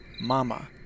mama